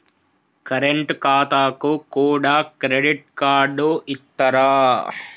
Current ఖాతాకు కూడా credit card ఇత్తరా?